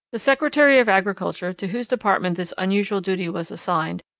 the secretary of agriculture, to whose department this unusual duty was assigned,